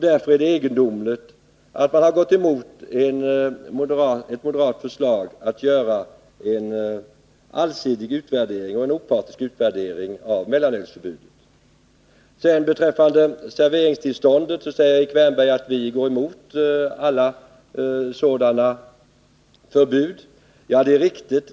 Därför är det egendomligt att utskottet har gått emot ett moderat förslag om en allsidig och opartisk utredning av mellanölsförbudet. Beträffande serveringstillståndet säger Erik Wärnberg att vi moderater går emot alla förbud — och det är riktigt.